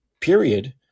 period